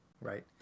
right